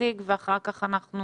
להציג ואחר כך אנחנו